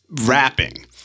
rapping